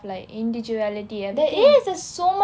like individuality everything